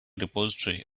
repository